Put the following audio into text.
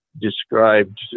described